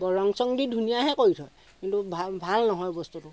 ব ৰং চং দি ধুনীয়াহে কৰি থয় কিন্তু ভাল ভাল নহয় বস্তুটো